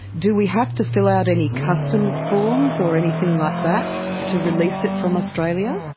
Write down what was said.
do we have to fill out any customs forms or anything like that to release it from australia?